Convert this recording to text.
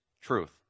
truth